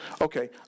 Okay